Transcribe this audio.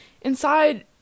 inside